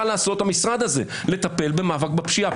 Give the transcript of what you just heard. לעשות המשרד הזה וזה לטפל במאבק בפשיעה.